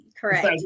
Correct